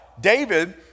David